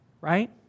Right